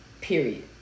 period